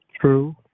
True